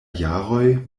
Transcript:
jaroj